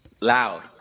loud